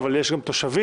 אבל יש גם תושבים,